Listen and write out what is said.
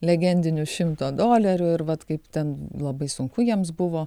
legendinių šimto dolerių ir vat kaip ten labai sunku jiems buvo